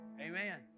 Amen